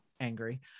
angry